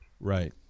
Right